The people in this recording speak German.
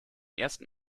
ersten